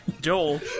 Joel